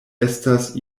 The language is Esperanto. estas